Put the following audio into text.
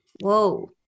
Whoa